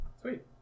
Sweet